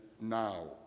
now